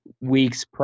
weeks